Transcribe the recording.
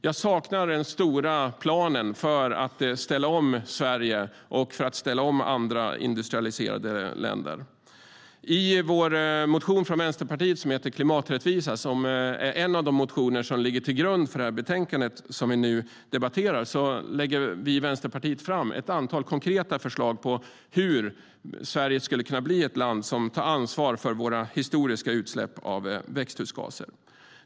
Jag saknar den stora planen för att ställa om Sverige och för att ställa om andra industrialiserade länder. I vår motion Klimaträttvisa , som är en av de motioner som ligger till grund för betänkandet som vi nu debatterar, lägger vi i Vänsterpartiet fram ett antal konkreta förslag på hur Sverige skulle kunna bli ett land som tar ansvar för sina historiska utsläpp av växthusgaser.